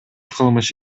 кылмыш